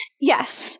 Yes